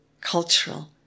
cultural